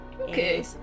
Okay